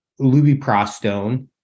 lubiprostone